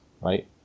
right